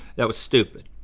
that was stupid.